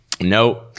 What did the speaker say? No